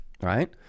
right